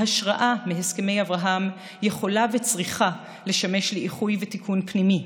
ההשראה מהסכמי אברהם יכולה וצריכה לשמש לאיחוי ולתיקון פנימי.